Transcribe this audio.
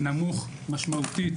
נמוך משמעותית